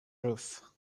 roof